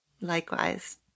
Likewise